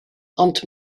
ond